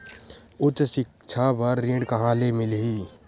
उच्च सिक्छा बर ऋण कहां ले मिलही?